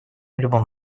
любом